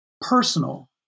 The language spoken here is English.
personal